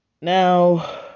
Now